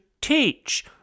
teach